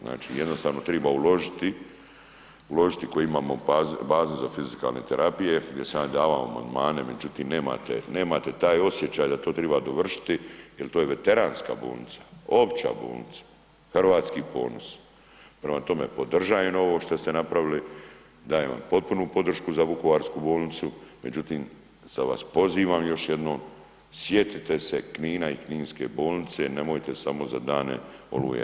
Znači jednostavno treba uložiti, koji imamo baze za fizikalne terapije gdje sam ja davao amandmane, međutim, nemate, nemate taj osjećaj da to treba dovršiti jer to je veteranska bolnica, opća bolnica Hrvatski ponos, prema tome, podržavam ovo što ste napravili, dajem vam potpunu podršku za vukovarsku bolnicu, međutim, sada vas pozivam, još jednom sjetite se Knina i kninske bolnice, nemojte samo za dane Oluje.